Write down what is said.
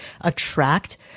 attract